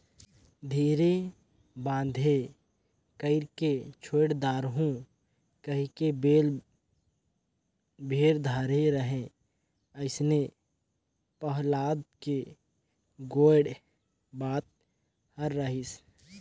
धीरे बांधे कइरके छोएड दारहूँ कहिके बेल भेर धरे रहें अइसने पहलाद के गोएड बात हर रहिस